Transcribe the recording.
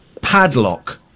Padlock